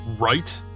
right